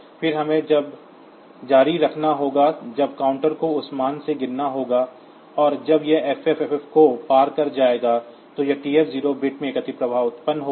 फिर हमें अब जारी रखना होगा जब काउंटर को उस मान से गिनना होगा और जब यह FFFF को पार कर जाएगा तो यह TF0 बिट में एक अतिप्रवाह उत्पन्न करेगा